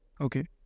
Okay